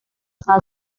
are